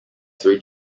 three